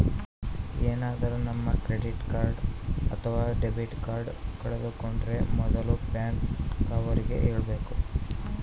ಏನಾದ್ರೂ ನಮ್ credit card ಅಥವಾ ಡೆಬಿಟ್ ಕಾರ್ಡ್ ಕಳ್ಕೊಂಡ್ರೆ ಮೊದ್ಲು ಬ್ಯಾಂಕ್ ಅವ್ರಿಗೆ ಹೇಳ್ಬೇಕು